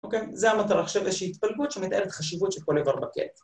‫אוקיי? זה המטרה. עכשיו יש התפלגות ‫שמתארת חשיבות של כל איבר בקט.